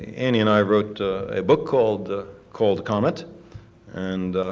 annie and i wrote a book called called comet and,